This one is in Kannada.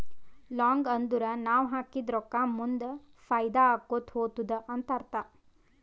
ಲಾಂಗ್ ಅಂದುರ್ ನಾವ್ ಹಾಕಿದ ರೊಕ್ಕಾ ಮುಂದ್ ಫೈದಾ ಆಕೋತಾ ಹೊತ್ತುದ ಅಂತ್ ಅರ್ಥ